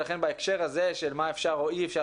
ולכן בהקשר הזה של מה אפשר או אי אפשר